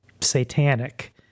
satanic